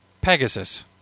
Pegasus